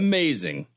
Amazing